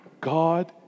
God